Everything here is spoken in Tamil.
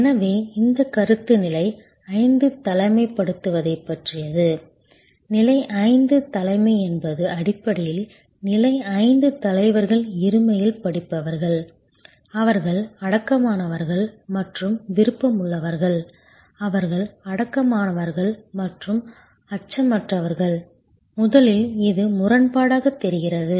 எனவே இந்த கருத்து நிலை 5 தலைமைத்துவத்தைப் பற்றியது நிலை 5 தலைமை என்பது அடிப்படையில் நிலை 5 தலைவர்கள் இருமையில் படிப்பவர்கள் அவர்கள் அடக்கமானவர்கள் மற்றும் விருப்பமுள்ளவர்கள் அவர்கள் அடக்கமானவர்கள் மற்றும் அச்சமற்றவர்கள் முதலில் இது முரண்பாடாகத் தெரிகிறது